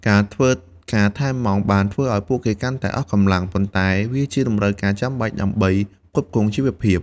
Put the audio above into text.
ការធ្វើការថែមម៉ោងបានធ្វើឱ្យពួកគាត់កាន់តែអស់កម្លាំង ប៉ុន្តែវាជាតម្រូវការចាំបាច់ដើម្បីផ្គត់ផ្គង់ជីវភាព។